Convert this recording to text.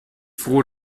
froh